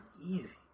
easy